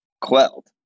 quelled